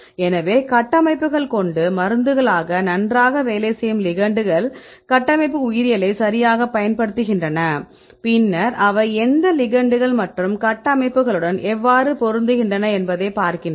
எனவே கட்டமைப்புகள் கொண்டு மருந்துகளாக நன்றாக வேலை செய்யும் லிகெெண்ட்டுகள் கட்டமைப்பு உயிரியலை சரியாகப் பயன்படுத்துகின்றன பின்னர் அவை எந்தத் லிகெெண்ட்டுகள் மற்றும் கட்டமைப்புகளுடன் எவ்வாறு பொருந்துகின்றன என்பதைப் பார்க்கின்றன